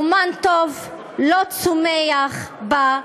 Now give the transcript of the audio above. אמן טוב לא צומח במדבר.